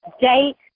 date